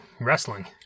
wrestling